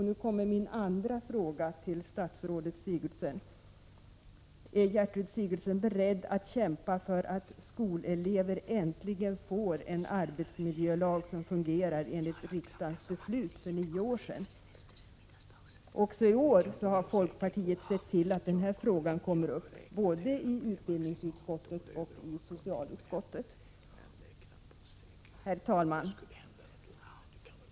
Nu kommer min andra fråga till statsrådet Gertrud Sigurdsen: Är Gertrud Sigurdsen beredd att kämpa för att skolelever äntligen får en arbetsmiljölag som fungerar enligt riksdagens beslut för nio år sedan? Också i år har folkpartiet sett till att den frågan kommer upp både i utbildningsutskottet och i socialutskottet. Herr talman!